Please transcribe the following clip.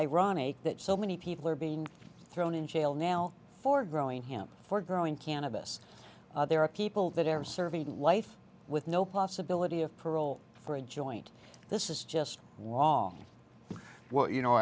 ironic that so many people are being thrown in jail now for growing hamp for growing cannabis there are people that are serving life with no possibility of parole for a joint this is just law well you kno